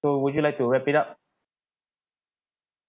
so would you like to wrap it up